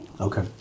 Okay